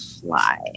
fly